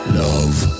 love